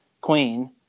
queen